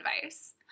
advice